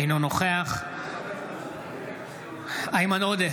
אינו נוכח איימן עודה,